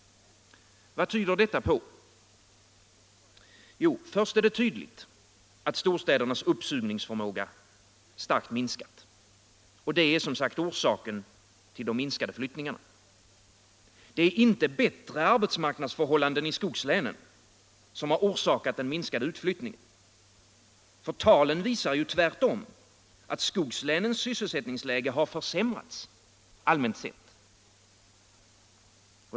Vad tyder detta på? Jo, först och främst är det tydligt att storstädernas uppsugningsförmåga starkt minskat. Detta är som sagt orsaken till de minskade flyttningarna. Det är således inte bättre arbetsmarknadsförhållanden i skogslänen som orsakat den minskade utflyttningen. Talen visar ju tvärtom att skogslänens sysselsättningsläge allmänt sett har försämrats.